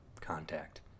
contact